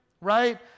right